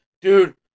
Dude